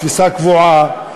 תפיסה קבועה,